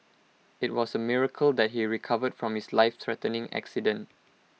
IT was A miracle that he recovered from his lifethreatening accident